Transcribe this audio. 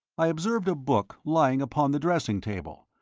i observed a book lying upon the dressing table,